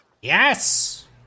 Yes